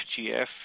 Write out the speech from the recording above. FGF